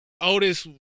Otis